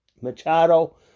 Machado